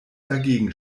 dagegen